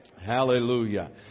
Hallelujah